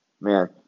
Man